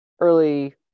early